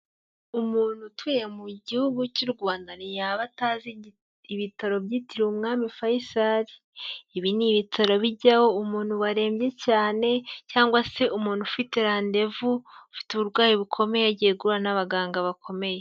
Umuntu utuye mu gihugu cy'u Rwanda ntiyaba atazi ibitaro byitiriwe umwami Faisal, ibi ni ibitaro bijyaho umuntu warembye cyane cyangwa se umuntu ufite randevu ufite uburwayi bukomeye agiye guhura n'abaganga bakomeye.